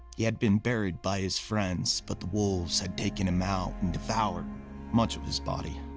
he had been buried by his friends, but the wolves had taken him out and devoured much of his body.